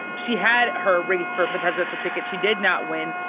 she had her race for the presidential ticket. she did not win.